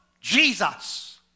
Jesus